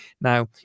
Now